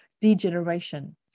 degeneration